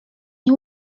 nie